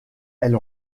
elle